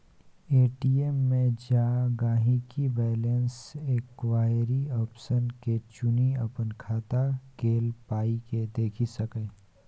ATM मे जा गांहिकी बैलैंस इंक्वायरी आप्शन के चुनि अपन खाता केल पाइकेँ देखि सकैए